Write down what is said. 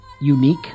unique